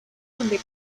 donde